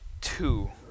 two